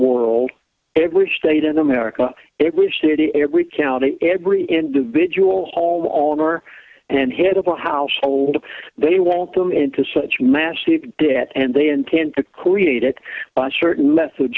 world every state in america every city every county every individual home on or and head of the household they want them into such massive debt and they intend to create it by certain me